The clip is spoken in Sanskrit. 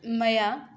मया